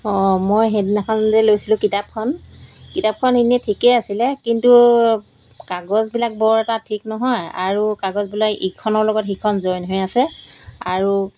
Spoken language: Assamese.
অঁ মই সেইদিনাখন যে লৈছিলোঁ কিতাপখন কিতাপখন এনেই ঠিকেই আছিলে কিন্তু কাগজবিলাক বৰ এটা ঠিক নহয় আৰু কাগজবিলাক ইখনৰ লগত সিখন জইন হৈ আছে আৰু